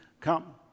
come